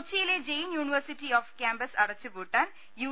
കൊച്ചിയിലെ Jain university off campus അട ച്ചൂപൂട്ടാൻ യു